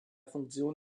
funktion